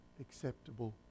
acceptable